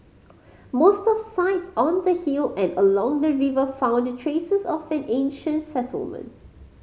most of sites on the hill and along the river found traces of an ancient settlement